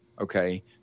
Okay